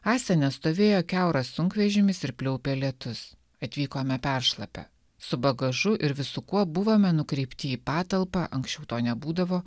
asene stovėjo kiauras sunkvežimis ir pliaupė lietus atvykome peršlapę su bagažu ir visu kuo buvome nukreipti į patalpą anksčiau to nebūdavo